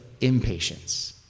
impatience